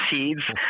seeds